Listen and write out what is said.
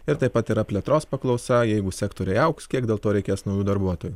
ir taip pat yra plėtros paklausa jeigu sektoriai augs kiek dėl to reikės naujų darbuotojų